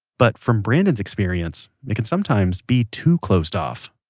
but, from brandon's experience it can sometimes be too closed off